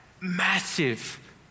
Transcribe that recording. Massive